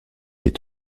est